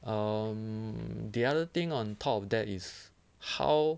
um the other thing on top of that is how